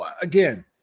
again